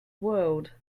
world